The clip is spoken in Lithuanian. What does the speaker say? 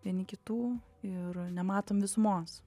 vieni kitų ir nematom visumos